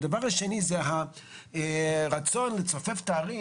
הדבר השני זה הרצון לצופף את הערים